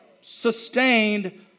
sustained